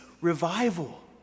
revival